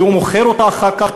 והוא מוכר אותה אחר כך,